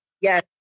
yes